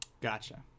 Gotcha